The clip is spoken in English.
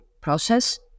process